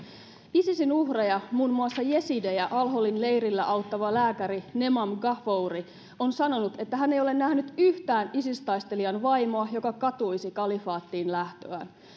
isisin uhreja muun muassa jesidejä al holin leirillä auttava lääkäri nemam ghafouri on sanonut että hän ei ole nähnyt yhtään isis taistelijan vaimoa joka katuisi kalifaattiin lähtöään